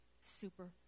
super